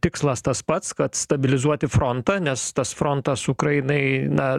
tikslas tas pats kad stabilizuoti frontą nes tas frontas ukrainai na